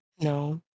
No